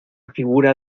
figura